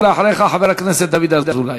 ואחריך, חבר הכנסת דוד אזולאי.